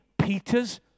Peter's